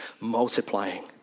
multiplying